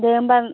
दे होमबा